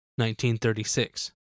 1936